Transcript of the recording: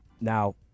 Now